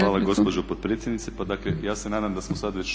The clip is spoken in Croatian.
Hvala gospođo potpredsjednice. Dakle ja se nadam da smo sad već